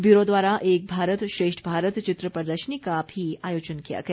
bureau द्वारा एक भारत श्रेष्ठ भारत चित्र प्रदर्शनी का भी आयोजन किया गया